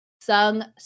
sung